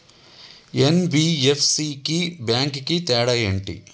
NBFC కి bank కి తేడా ఏంటి?